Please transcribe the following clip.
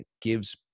gives